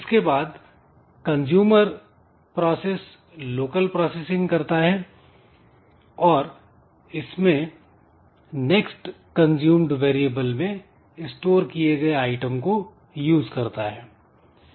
इसके बाद consumer process local processing करता है और इसमें next consumed वेरिएबल में स्टोर किए गए आइटम को यूज करता है